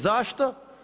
Zašto?